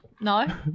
No